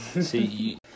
See